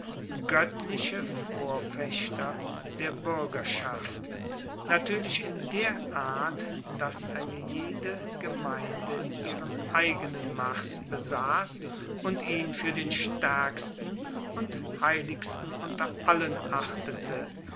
goettliche vorfechter der buergerschaft natuerlich in der art dass eine jede gemeinde ihren eigenen mars besass und ihn fuer den staerksten und heiligsten unter allen achtete